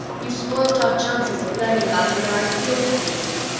you spoilt our chances of learning about the lhari fuel catalyst.